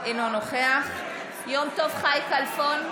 אינו נוכח יום טוב חי כלפון,